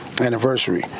anniversary